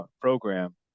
program